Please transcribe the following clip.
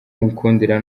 mukundira